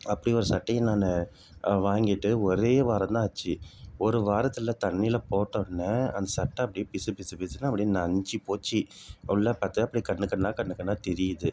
அப்படி ஒரு சட்டையை நான் வாங்கிட்டு ஒரே வாரம் தான் ஆச்சு ஒரு வாரத்தில் தண்ணியில் போட்ட உடனே அந்த சட்டை அப்படியே பிசு பிசு பிசுன்னு அப்படியே நைஞ்சு போச்சு உள்ளே பார்த்தா அப்படியே கண் கண்ணாக கண் கண்ணாக தெரியுது